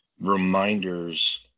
reminders